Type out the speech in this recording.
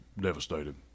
devastated